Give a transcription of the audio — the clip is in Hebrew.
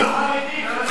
זה לא לחרדים, למה אתה צועק?